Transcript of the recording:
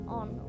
on